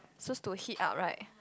so is to hit upright